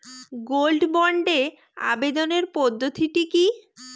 Gold বন্ডে আবেদনের পদ্ধতিটি কি?